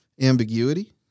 ambiguity